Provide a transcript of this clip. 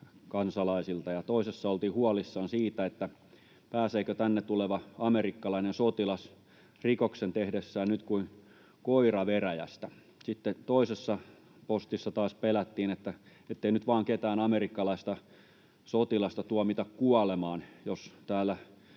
kansalaisilta. Toisessa oltiin huolissaan siitä, pääseekö tänne tuleva amerikkalainen sotilas rikoksen tehdessään nyt kuin koira veräjästä; sitten toisessa postissa taas pelättiin, ettei nyt vaan ketään amerikkalaista sotilasta tuomita kuolemaan, jos täällä